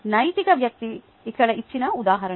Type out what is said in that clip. నైతిక వ్యక్తి ఇక్కడ ఇచ్చిన ఉదాహరణ